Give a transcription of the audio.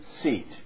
seat